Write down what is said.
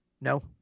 No